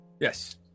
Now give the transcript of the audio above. Yes